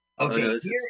Okay